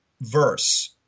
verse